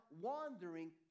wandering